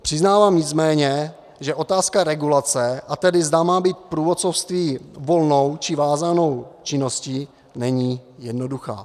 Přiznávám nicméně, že otázka regulace, a tedy zda má být průvodcovství volnou, či vázanou činností, není jednoduchá.